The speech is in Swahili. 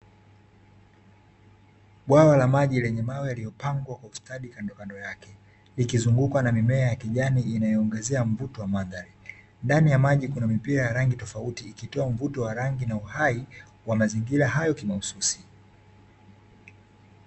Bwawa la maji lenye mawe yaliyopangwa kwa ustadi kandokando yake, ikizungukwa na mimea ya kijani inayoongezea mvuto wa mandhari, ndani ya maji kuna mipira ya rangi tofauti ikitoa mvuto wa rangi na uhai wa mazingira hayo kimahususi.